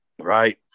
Right